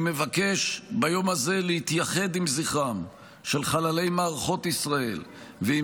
ביום הזה אני מבקש להתייחד עם זכרם של חללי מערכות ישראל ועם